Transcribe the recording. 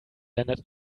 lennart